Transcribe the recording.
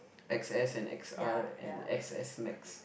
x_s and X_R and x_s-max